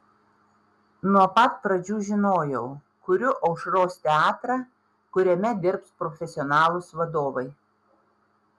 nuo pat pradžių žinojau kuriu aušros teatrą kuriame dirbs profesionalūs vadovai